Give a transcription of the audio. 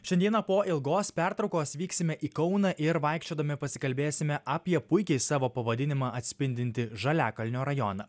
šiandieną po ilgos pertraukos vyksime į kauną ir vaikščiodami pasikalbėsime apie puikiai savo pavadinimą atspindintį žaliakalnio rajoną